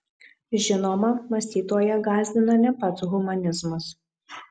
žinoma mąstytoją gąsdina ne pats humanizmas